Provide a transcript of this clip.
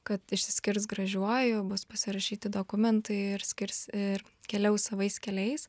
kad išsiskirs gražiuoju bus pasirašyti dokumentai ir skirs ir keliaus savais keliais